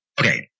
Okay